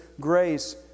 grace